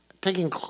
Taking